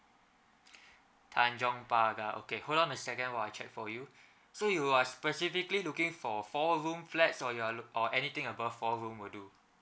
tanjong pagar okay hold on a second while I check for you so you are specifically looking for four room flats or you're look or anything above four room will do